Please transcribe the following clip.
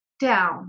down